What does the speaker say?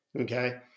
Okay